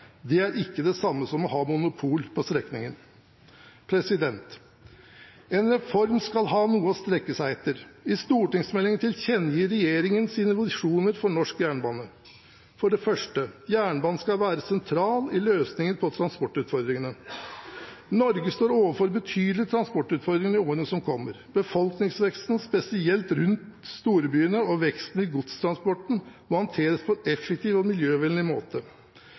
Det er ikke det samme som å ha monopol på strekningen. En reform skal ha noe å strekke seg etter. I stortingsmeldingen tilkjennegir regjeringen sine visjoner for norsk jernbane. For det første: Jernbanen skal være sentral i løsningen på transportutfordringene. Norge står overfor betydelige transportutfordringer i årene som kommer. Befolkningsveksten, spesielt rundt storbyene, og veksten i godstransporten må håndteres på en effektiv og miljøvennlig måte.